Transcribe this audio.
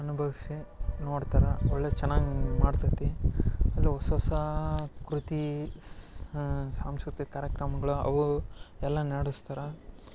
ಅನುಭವಿಸಿ ನೋಡ್ತಾರ ಒಳ್ಳೆಯ ಚೆನ್ನಾಗಿ ಮಾಡ್ತೈತಿ ಆದರೆ ಹೊಸ್ ಹೊಸ ಕೃತಿ ಸಾಂಸ್ಕೃತಿಕ ಕಾರ್ಯಕ್ರಮಗಳು ಅವು ಎಲ್ಲ ನಡೆಸ್ತಾರ